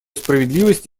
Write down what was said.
справедливость